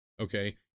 okay